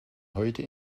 heute